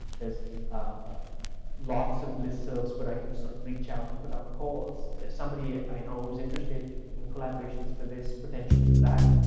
there's ah lots of list services where i can sort of reach out and put out calls. there's somebody i know who's interested in collaborations for this, potentially for that.